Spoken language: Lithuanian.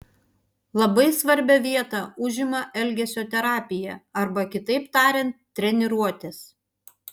labai svarbią vietą užima elgesio terapija arba kitaip tariant treniruotės